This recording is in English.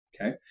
Okay